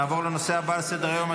נעבור לנושא הבא על סדר-היום,